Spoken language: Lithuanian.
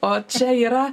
o čia yra